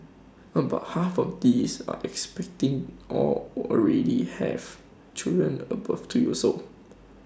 about half of these are expecting or already have children above to your soul